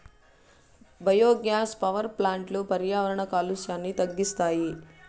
biogas power ప్లాంట్లు పర్యావరణ కాలుష్యాన్ని తగ్గిస్తాయి